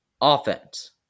Offense